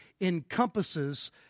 encompasses